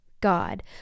god